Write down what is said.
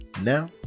now